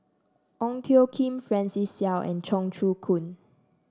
Ong Tjoe Kim Francis Seow and Cheong Choong Kong